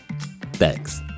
Thanks